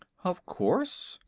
of course,